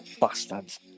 Bastards